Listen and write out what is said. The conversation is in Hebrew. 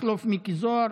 מכלוף מיקי זוהר,